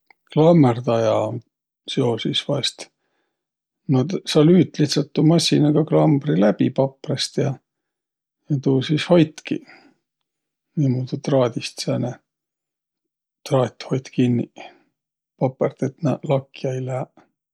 Klammõrdaja um seo sis vaest? No t- sa lüüt lihtsält tuu massinaga klambri läbi paprõst ja tuu sis hoitki niimuudu. Traadist sääne, traat hoit kinniq.